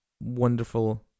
wonderful